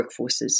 workforces